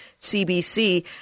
CBC